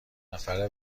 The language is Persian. نفر